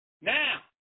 Now